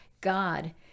God